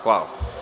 Hvala.